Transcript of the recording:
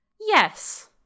yes